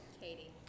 Katie